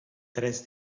tres